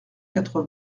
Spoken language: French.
quatre